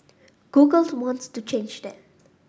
Googles wants to change that